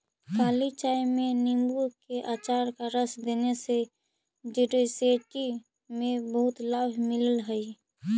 काली चाय में नींबू के अचार का रस देने से डिसेंट्री में बहुत लाभ मिलल हई